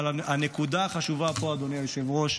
אבל הנקודה החשובה פה, אדוני היושב-ראש,